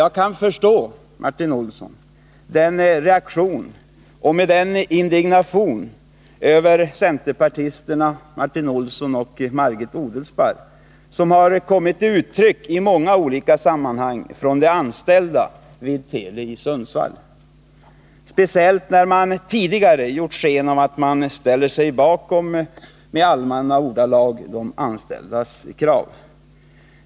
Jag kan förstå den reaktion och den indignation över centerpartisterna Martin Olsson och Margit Odelsparr som har kommit till uttryck i många olika sammanhang från de anställda vid Teli i Sundsvall, speciellt när de båda tidigare i allmänna ordalag gjort sken av att de ställer sig bakom de anställdas krav.